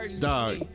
Dog